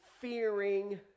fearing